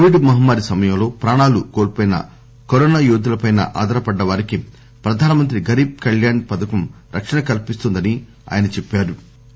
Covid మహమ్మారి సమయంలో ప్రాణాలు కోల్పోయిన కరోనా యోధుల పై ఆధారపడ్డవారికి ప్రధానమంత్రి గరీభ్ కళ్యాణ్ పథకం రక్షణ కల్పిస్తున్న దని ఆయన చెప్పారు